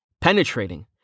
penetrating